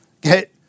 get